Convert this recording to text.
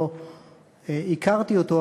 לא הכרתי אותו,